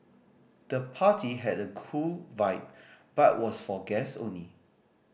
the party had a cool vibe but was for guests only